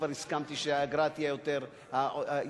כבר הסכמתי שהאגרה תהיה יותר נמוכה,